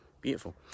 Beautiful